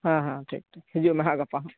ᱦᱮᱸ ᱦᱮᱸ ᱴᱷᱤᱠ ᱦᱤᱡᱩᱜ ᱢᱮᱦᱟᱸᱜ ᱜᱟᱯᱟ